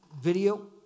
video